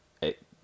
It